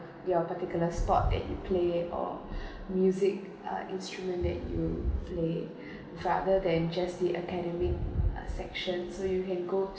your particular sport that you play or music uh instrument that you play rather than just the academic uh sections so you can go